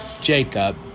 Jacob